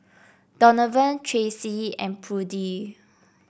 Donavon Tracee and Prudie